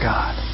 God